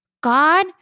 God